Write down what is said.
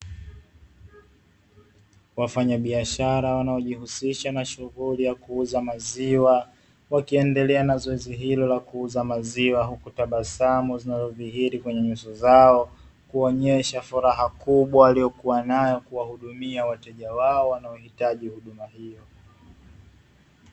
Wafanyabiashara wanaojihusisha na shughuli ya kuuza maziwa, wakiendelea na zoezi hilo la kuuza maziwa, huku tabasamu zinazodhihiri kwenye nyuso zao, kuonyesha furaha kubwa waliyokuwanayo kuwahudumia wateja wao wanaohitaji huduma hiyo.